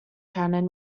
canon